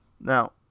Now